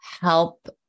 help